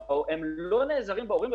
הם לא נעזרים בהורים.